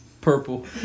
purple